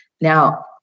Now